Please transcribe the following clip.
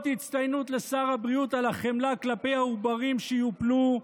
אות הצטיינות לשר הבריאות על החמלה כלפי העוברים שיופלו,